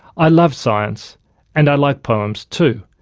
i love science and i like poems too,